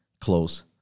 close